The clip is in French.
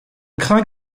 crains